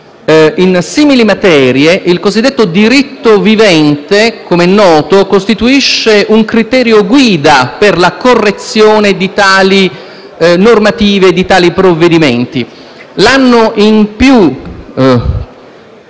In simili materie il cosiddetto diritto vivente costituisce, come noto, un criterio guida per la correzione di tali normative e provvedimenti. L'anno in più